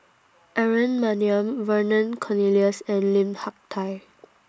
Aaron Maniam Vernon Cornelius and Lim Hak Tai